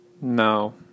No